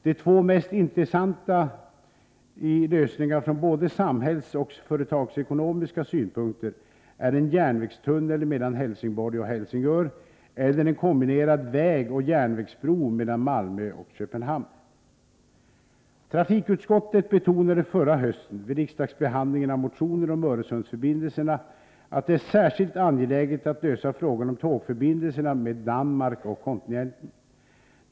De två mest intressanta lösningarna från både samhällsoch företagsekonomiska synpunkter är en järnvägstunnel mellan Helsingborg och Helsingör eller en kombinerad vägoch järnvägsbro mellan Malmö och Köpenhamn. Trafikutskottet betonade förra hösten vid riksdagsbehandlingen av motioner om Öresundsförbindelserna att det är särskilt angeläget att lösa frågan om tågförbindelserna med Danmark och kontinenten.